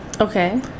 okay